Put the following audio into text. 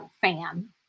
fan